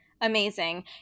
Amazing